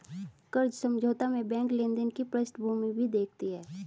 कर्ज समझौता में बैंक लेनदार की पृष्ठभूमि भी देखती है